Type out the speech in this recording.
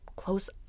close